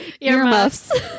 Earmuffs